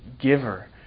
giver